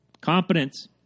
Competence